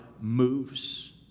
moves